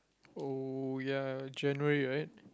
oh ya January right